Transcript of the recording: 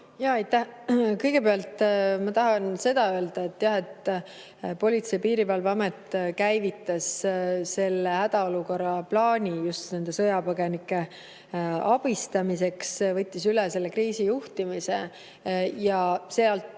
Jaa, aitäh! Kõigepealt ma tahan seda öelda, et Politsei‑ ja Piirivalveamet käivitas selle hädaolukorra plaani sõjapõgenike abistamiseks, võttis üle kriisijuhtimise ja sealt